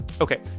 Okay